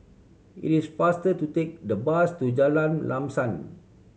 it is faster to take the bus to Jalan Lam Sam